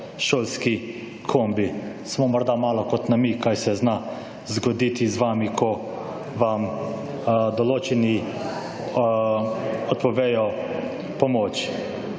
šolski kombi. Samo morda malo kot namig, kaj se zna zgoditi z vami, ko vam določeni odpovejo pomoč.